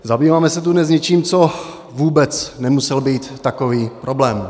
Zabýváme se tu dnes něčím, co vůbec nemusel být takový problém.